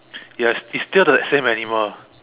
ya it's still the same animal